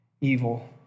evil